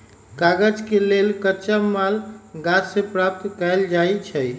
कागज के लेल कच्चा माल गाछ से प्राप्त कएल जाइ छइ